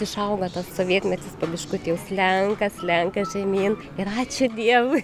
išauga tas sovietmetis biškutį jau slenka slenka žemyn ir ačiū dievui